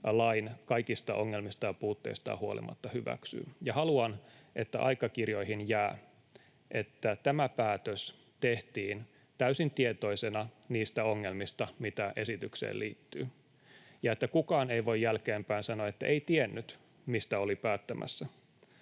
lain kaikista ongelmistaan ja puutteistaan huolimatta hyväksyy. Haluan, että aikakirjoihin jää, että tämä päätös tehtiin täysin tietoisena niistä ongelmista, mitä esitykseen liittyy, ja että kukaan ei voi jälkeenpäin sanoa, että ei tiennyt, mistä oli päättämässä.